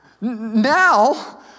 Now